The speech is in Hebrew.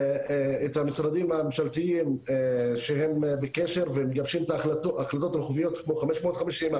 המשרדים הממשלתיים שהם בקשר ומגבשים את ההחלטות הרוחביות כמו 550,